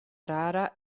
rara